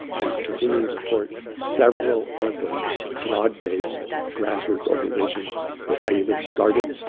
continuing to support several other broad-based grassroots organizations that either started,